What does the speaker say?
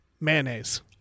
mayonnaise